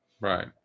Right